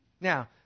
Now